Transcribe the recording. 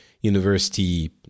university